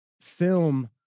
film